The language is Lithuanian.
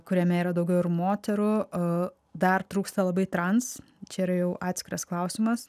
kuriame yra daugiau ir moterų o dar trūksta labai trans čia yra jau atskiras klausimas